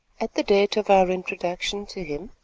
at the date of our introduction to him,